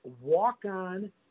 walk-on